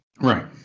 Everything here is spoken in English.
right